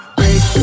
break